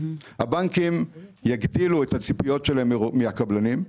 הבנקים יגדילו את הציפיות שלהם מהקבלנים.